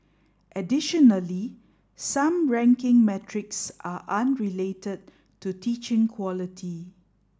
additionally some ranking metrics are unrelated to teaching quality